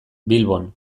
bilbon